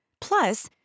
Plus